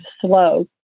slow